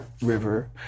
river